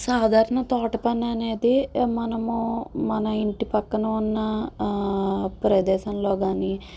సాధారణ తోట పని అనేది మనము మన ఇంటి పక్కన ఉన్న ప్రదేశంలో కాని